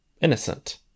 Innocent